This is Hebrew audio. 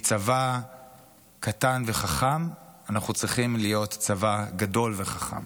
מצבא קטן וחכם אנחנו צריכים להיות צבא גדול וחכם,